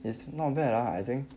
it's not bad lah I think